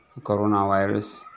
coronavirus